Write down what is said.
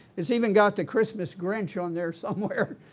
it's even got the christmas grinch on there somewhere.